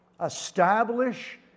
establish